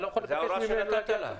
אני לא יכול -- זו ההוראה שנתת להם.